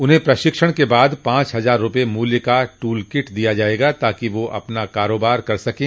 उन्हें प्रशिक्षण के बाद पांच हजार रूपये मूल्य का टूल किट दिया जायेगा ताकि वे अपना कारोबार कर सकें